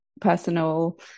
personal